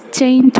Chain